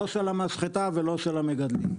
לא של המשחטה ולא של המגדלים.